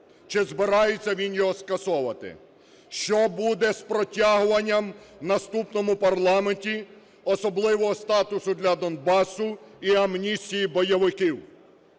чи збирається він його скасовувати, що буде з протягуванням в наступному парламенті особливого статусу для Донбасу і амністії бойовиків,